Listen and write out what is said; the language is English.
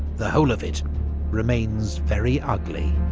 the whole of it remains very ugly.